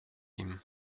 ihm